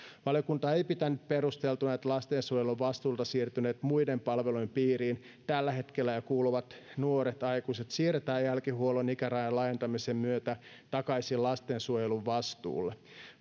valiokunta ei pitänyt perusteltuna että lastensuojelun vastuulta siirtyneet muiden palveluiden piiriin tällä hetkellä jo kuuluvat nuoret aikuiset siirretään jälkihuollon ikärajan laajentamisen myötä takaisin lastensuojelun vastuulle